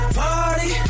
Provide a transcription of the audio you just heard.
party